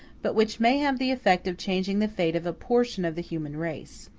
but which may have the effect of changing the fate of a portion of the human race.